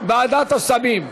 ועדת הסמים.